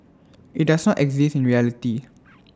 IT does not exist in reality